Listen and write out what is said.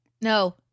No